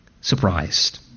surprised